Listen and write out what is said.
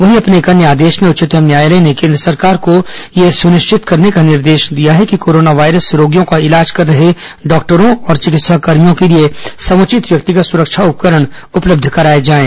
वहीं अपने एक अन्य आदेश में उच्चतम न्यायालय ने केन्द्र सरकार को यह सुनिश्चित करने का निर्देश दिया है कि कोरोना वायरस रोगियों का इलाज कर रहे डॉक्टरों और चिकित्साकर्मियों के लिए समुचित व्यक्तिगत सरक्षा उपकरण उपलब्ध कराए जाएं